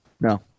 No